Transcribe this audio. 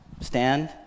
stand